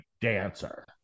dancer